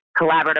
Collaborative